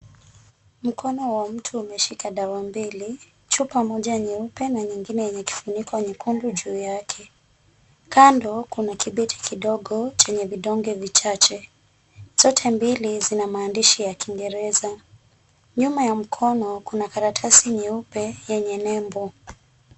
Mkono wa mtu umeshika dawa mbili chupa moja nyeupe na nyingine yenye kifuniko nyekundu juu yake. Kando kuna kibeti kidogo chenye vidonge vichache. Zote mbili zina maandishi ya Kiingereza. Nyuma ya mkono kuna karatasi nyeupe yenye nembo.